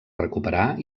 recuperar